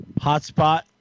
Hotspot